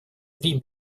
три